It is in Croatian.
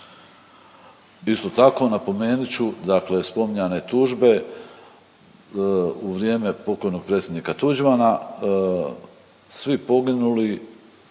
Isto tako, napomenit ću, dakle spominjane tužbe u vrijeme pokojnog predsjednika Tuđmana, svi poginuli